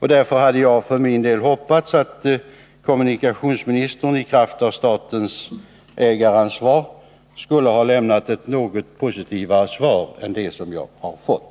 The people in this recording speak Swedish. Själv hade jag hoppats att kommunikationsministern i kraft av statens ägaransvar skulle ha lämnat ett något positivare svar än det jag har fått.